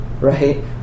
right